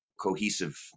cohesive